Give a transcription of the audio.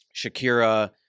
Shakira